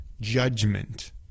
Judgment